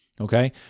Okay